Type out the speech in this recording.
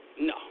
No